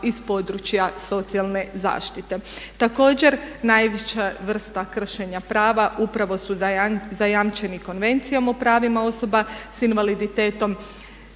iz područja socijalne zaštite. Također, najveća vrsta kršenja prava upravo su zajamčeni Konvencijom o pravima osoba s invaliditetom.